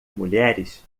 mulheres